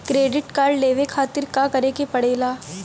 Credit card लेवे खातिर का करे के पड़ेला?